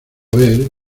ver